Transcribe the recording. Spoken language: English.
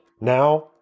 Now